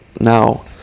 Now